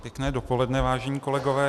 Pěkné dopoledne, vážení kolegové.